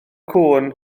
cŵn